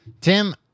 Tim